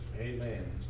Amen